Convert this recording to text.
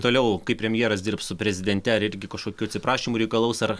toliau kai premjeras dirbs su prezidente ar irgi kažkokių atsiprašymų reikalaus ar